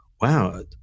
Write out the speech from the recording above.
wow